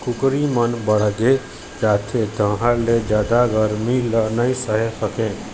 कुकरी मन बाड़गे जाथे तहाँ ले जादा गरमी ल नइ सहे सकय